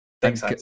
thanks